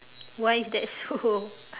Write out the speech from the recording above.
why is that so